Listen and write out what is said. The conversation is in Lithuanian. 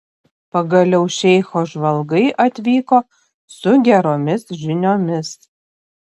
pagaliau šeicho žvalgai atvyko su geromis žiniomis